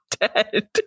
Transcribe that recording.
dead